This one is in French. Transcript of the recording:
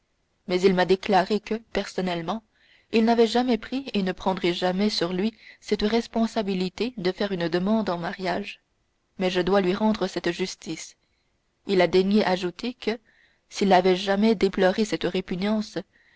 mais il m'a déclaré que personnellement il n'avait jamais pris et ne prendrait jamais sur lui cette responsabilité de faire une demande en mariage mais je dois lui rendre cette justice il a daigné ajouter que s'il avait jamais déploré cette répugnance